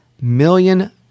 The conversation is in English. million